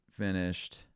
finished